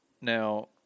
now